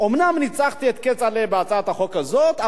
אומנם ניצחתי את כצל'ה בהצעת החוק הזאת,